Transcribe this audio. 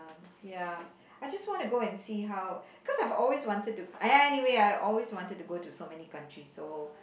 uh ya I just wanna go and see how because I've always wanted to !aiya! anyway I've always wanted to go to so many countries so